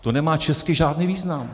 To nemá česky žádný význam.